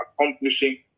accomplishing